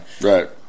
Right